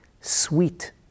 sweet